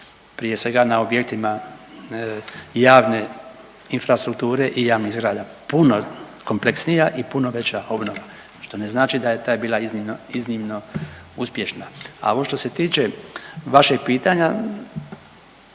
prije svega na objektima javne infrastrukture i javnih zgrada, puno kompleksnija i puno veća obnova što ne znači da je ta bila iznimno uspješna. A ovo što se tiče vašeg pitanja,